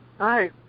Hi